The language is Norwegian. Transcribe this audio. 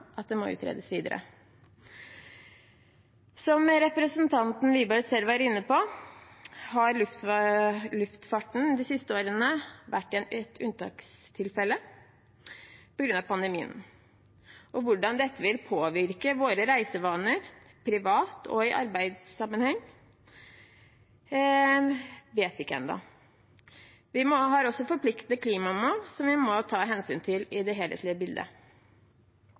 at det må utredes videre. Som representanten Wiborg selv var inne på, har luftfarten de siste årene vært i en unntakstilstand på grunn av pandemien. Hvordan dette vil påvirke våre reisevaner, privat og i arbeidssammenheng, vet vi ikke ennå. Vi har også forpliktende klimamål som vi må ta hensyn til i det helhetlige bildet.